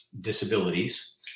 disabilities